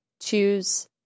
choose